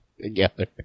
together